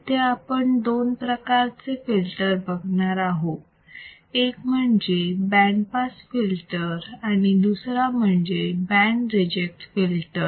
इथे आपण दोन प्रकारचे फिल्टर बघणार आहोत एक म्हणजे बँड पास फिल्टर आणि दुसरा म्हणजे बँड रिजेक्ट फिल्टर